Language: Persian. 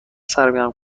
سرگرم